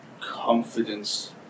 confidence